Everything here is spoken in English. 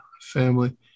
family